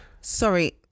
sorry